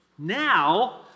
Now